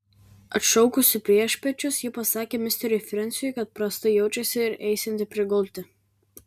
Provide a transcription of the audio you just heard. atšaukusi priešpiečius ji pasakė misteriui frensiui kad prastai jaučiasi ir eisianti prigulti